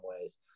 ways